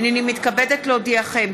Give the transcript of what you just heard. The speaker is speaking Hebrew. הינני מתכבדת להודיעכם,